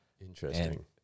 Interesting